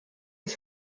his